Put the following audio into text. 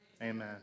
amen